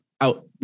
out